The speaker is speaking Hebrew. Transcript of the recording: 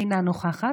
אינה נוכחת,